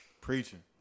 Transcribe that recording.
Preaching